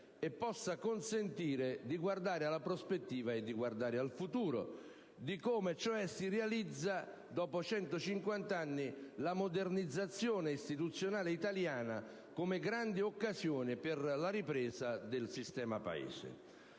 consentendo di guardare alla prospettiva futura, a come cioè si realizza, dopo 150 anni, la modernizzazione istituzionale italiana intesa come una grande occasione per la ripresa del sistema Paese.